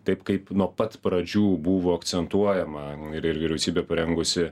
taip kaip nuo pat pradžių buvo akcentuojama ir ir vyriausybė parengusi